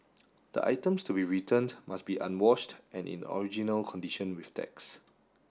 the items to be returned must be unwashed and in original condition with tags